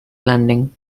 landing